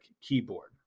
keyboard